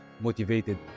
motivated